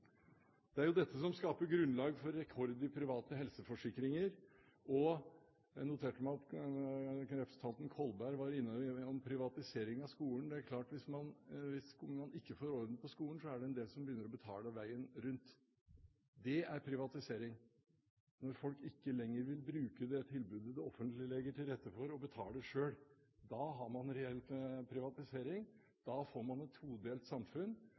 Det er jo dette som skaper grunnlag for rekord i antall private helseforsikringer. Jeg noterte meg at representanten Kolberg var innom privatisering av skolen. Det er klart at hvis man ikke får orden på skolen, er det en del som begynner å betale for veien rundt. Det er privatisering. Når folk ikke lenger vil bruke det tilbudet det offentlige legger til rette for, og betaler selv, da har man reell privatisering. Da får man et todelt samfunn.